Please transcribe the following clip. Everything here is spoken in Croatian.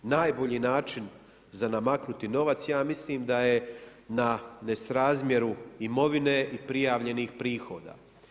Najbolji način za namaknuti novac ja mislim da je na nesrazmjeru imovine i prijavljenih prihoda.